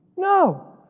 no,